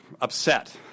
upset